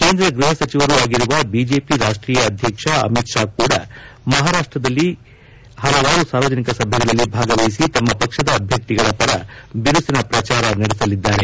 ಕೇಂದ್ರ ಗೃಹ ಸಚಿವರೂ ಅಗಿರುವ ಬಿಜೆಪಿ ರಾಷ್ಟೀಯ ಅಧ್ಯಕ್ಷ ಅಮಿತ್ ಶಾ ಕೂಡ ಇಂದು ಮಹಾರಾಷ್ಟ ರಾಜ್ಞದಲ್ಲಿ ಹಲವಾರು ಸಾರ್ವಜನಿಕ ಸಭೆಗಳಲ್ಲಿ ಭಾಗವಹಿಸಿ ತಮ್ಮ ಪಕ್ಷದ ಅಭ್ಯರ್ಥಿಗಳ ಪರ ಬಿರುಸಿನ ಪ್ರಚಾರ ನಡೆಸಲಿದ್ದಾರೆ